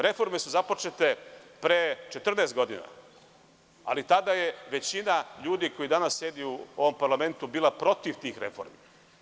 Reforme su započete pre 14 godina, ali tada je većina ljudi koji danas sedi u ovom parlamentu bila protiv tih reformi.